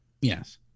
Yes